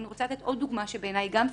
אני רוצה לתת עוד דוגמה שבעיניי פיקטיבית.